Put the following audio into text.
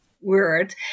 word